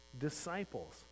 disciples